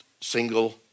single